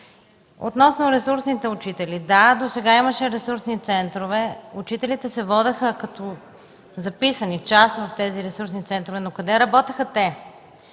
Относно ресурсните учители. Да, досега имаше ресурсни центрове. Учителите се водеха като записани в част от тези ресурсни центрове, но къде работеха те?